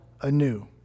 anew